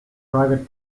private